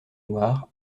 loire